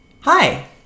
Hi